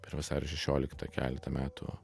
per vasario šešioliktą keletą metų